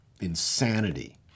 insanity